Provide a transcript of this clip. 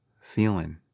feeling